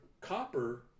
copper